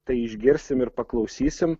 tai išgirsim ir paklausysim